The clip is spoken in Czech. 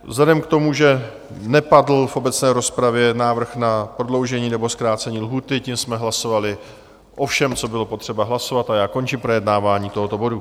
Vzhledem k tomu, že nepadl v obecné rozpravě návrh na prodloužení nebo zkrácení lhůty, tím jsme hlasovali o všem, co bylo potřeba hlasovat, a já končím projednávání tohoto bodu.